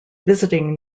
visiting